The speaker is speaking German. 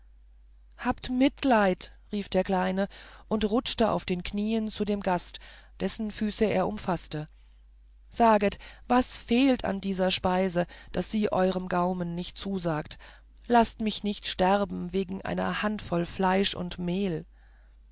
habt mitleiden rief der kleine und rutschte auf den knien zu dem gast dessen füße er umfaßte saget was fehlt an dieser speise daß sie eurem gaumen nicht zusagt lasset mich nicht sterben wegen einer handvoll fleisch und mehl